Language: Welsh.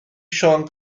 siôn